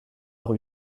rue